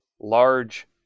large